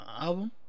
album